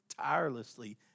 tirelessly